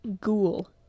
ghoul